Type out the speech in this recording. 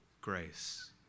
grace